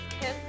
kiss